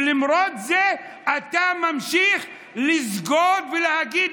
ולמרות זה אתה ממשיך לסגוד ולהגיד,